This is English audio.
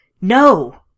No